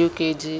UKG